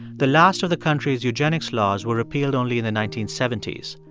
the last of the country's eugenics laws were repealed only in the nineteen seventy s.